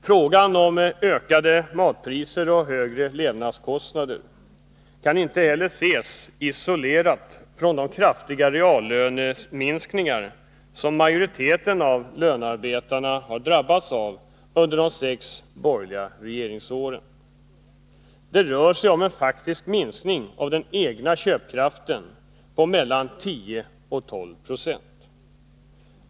Frågan om ökade matpriser och högre levnadskostnader kan inte ses isolerat från de kraftiga reallöneminskningar som majoriteten av lönearbetarna har drabbats av under de sex borgerliga regeringsåren. Det rör sig om en faktisk minskning av den egna köpkraften på mellan 10 och 12 96.